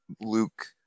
luke